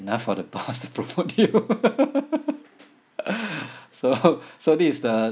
enough for the boss to promote you so so this is the